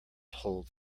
hold